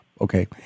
okay